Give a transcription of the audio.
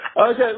Okay